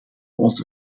onze